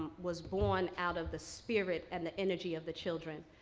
was born out of the spirit and the energy of the children.